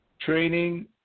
training